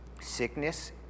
sickness